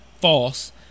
false